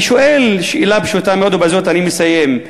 אני שואל שאלה פשוטה מאוד, ובזאת אני מסיים: